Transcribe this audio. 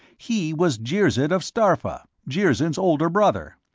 he was jirzid of starpha, jirzyn's older brother.